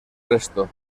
resto